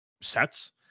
sets